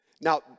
Now